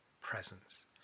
presence